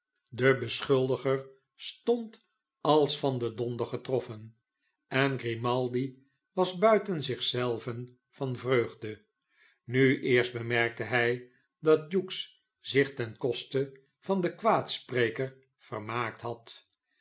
de beschuldiger stond als van den donder getroffen en grimaldi was buiten zich zelven van vreugde nu eerst bemerkte hij dat hughes zich ten koste van den kwaadspreker vermaakt had